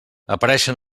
apareixen